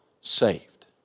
saved